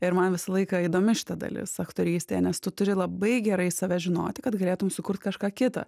ir man visą laiką įdomi šita dalis aktorystėje nes tu turi labai gerai save žinoti kad galėtum sukurt kažką kitą